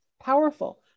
powerful